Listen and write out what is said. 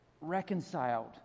reconciled